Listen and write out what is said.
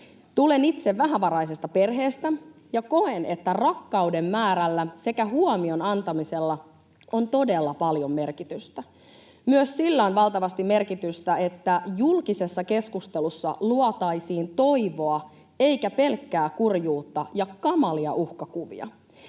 Tulen itse vähävaraisesta perheestä ja koen, että rakkauden määrällä sekä huomion antamisella on todella paljon merkitystä. Myös sillä on valtavasti merkitystä, että julkisessa keskustelussa luotaisiin toivoa eikä pelkkää kurjuutta ja kamalia uhkakuvia.